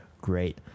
great